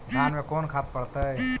धान मे कोन खाद पड़तै?